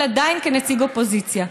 אבל עדיין כנציג אופוזיציה.